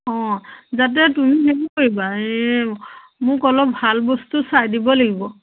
অঁ যাতে তুমি হেৰি কৰিবা এই মোক অলপ ভাল বস্তু চাই দিব লাগিব